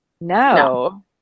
No